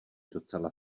docela